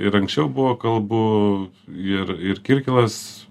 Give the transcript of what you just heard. ir anksčiau buvo kalbų ir ir kirkilas